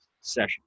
session